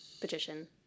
petition